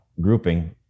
grouping